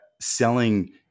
selling